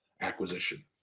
acquisition